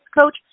coach